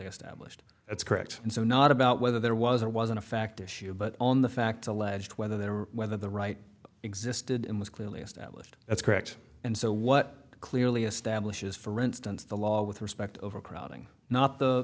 established that's correct and so not about whether there was or wasn't a fact issue but on the facts alleged whether they were whether the right existed and was clearly established that's correct and so what clearly establishes for instance the law with respect overcrowding